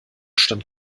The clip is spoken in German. stand